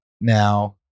now